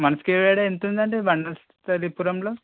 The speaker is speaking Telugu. వన్ స్క్వేర్ యార్డ్ ఎంతుందండి వనస్థలిపురంలో